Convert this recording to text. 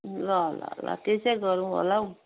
ल ल ल त्यसै गरौँ होला हौ